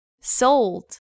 sold